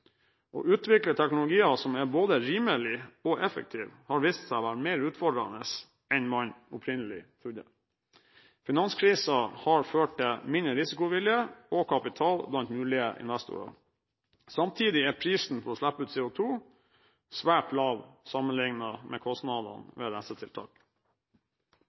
å utvikle teknologier som er både rimelige og effektive, har vist seg å være mer utfordrende enn man opprinnelig trodde. Finanskrisen har ført til mindre risikovilje og kapital blant mulige investorer, samtidig er prisen for å slippe ut CO2 svært lav sammenlignet med